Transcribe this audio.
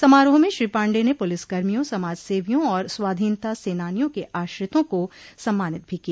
समारोह में श्री पाण्डेय ने पुलिस कर्मियों समाजसेवियों और स्वाधीनता सेनानियों के आश्रितों को सम्मानित भी किया